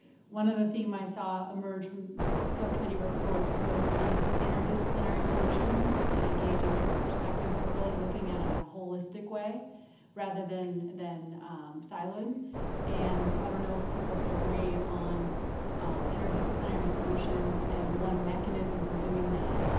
one other theme i saw emerge from the subcommittee reports was the need for interdisciplinary solutions and engaging different perspectives, but really looking at it in a holistic way rather than than siloed and i don't know if people could agree on interdisciplinary solutions, and one mechanism for doing that